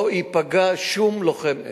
לא ייפגע שום לוחם אש,